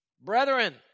Brethren